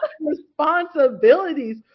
responsibilities